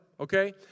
okay